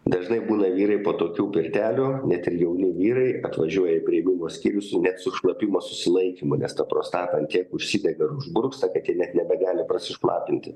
dažnai būna vyrai po tokių pirtelių net ir jauni vyrai atvažiuoja prieigumo skyrius net su šlapimo susilaikymu nes ta prostata ant tiek užsidega ir užburksta kad jie net nebegali prasišlapinti